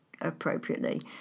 appropriately